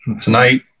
Tonight